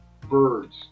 birds